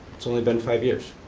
it's only been five years.